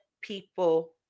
people